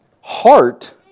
heart